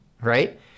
right